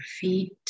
feet